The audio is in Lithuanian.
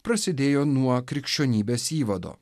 prasidėjo nuo krikščionybės įvado